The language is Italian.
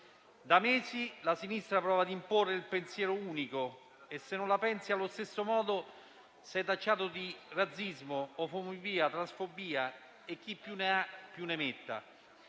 Da mesi la sinistra prova a imporre il pensiero unico e, se non la pensi allo stesso modo, sei tacciato di razzismo, omofobia, transfobia e chi più ne ha più ne metta.